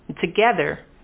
Together